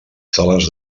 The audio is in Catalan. sales